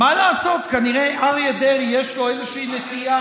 מה לעשות, כנראה אריה דרעי, יש לו איזה נטייה,